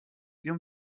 ihrem